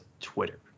twitter